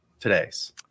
today's